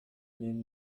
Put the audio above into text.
nehmen